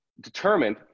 determined